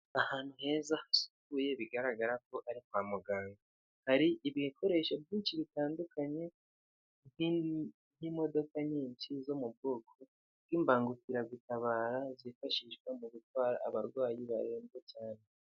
Ahantu heza hasukuye bigaragara ko ari kwa muganga hari ibikoresho byinshi bitandukanye nk'imodoka nyinshi zo mu bwoko bw'imbangukiragutabara zifashishwa mu gutwara abarwayi barembye cyane.